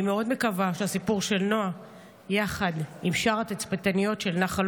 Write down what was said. אני מאוד מקווה שהסיפור של נועה יחד עם שאר התצפיתניות של נחל